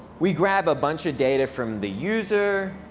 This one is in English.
we grab a bunch of data from the user,